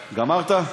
גמרת?